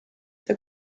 der